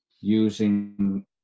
using